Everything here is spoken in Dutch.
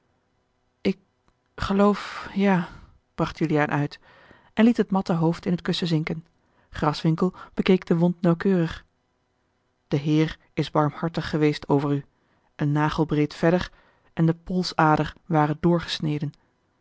ik geloof ja bracht juliaan uit en liet het matte hoofd in het kussen zinken graswinckel bekeek de wond nauwkeurig de heer is barmhartig geweest over u een nagelbreed verder en de polsader ware doorgesneden